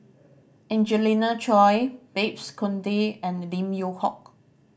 Angelina Choy Babes Conde and Lim Yew Hock